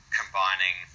combining